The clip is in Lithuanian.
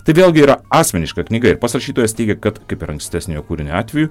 tai vėlgi yra asmeniška knyga ir pats rašytojas teigia kad kaip ir ankstesniojo kūrinio atveju